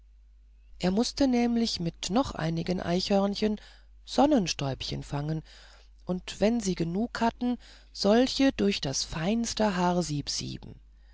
er mußte nämlich mit noch einigen eichhörnchen sonnenstäubchen fangen und wenn sie genug hatten solche durch das feinste haarsieb sieben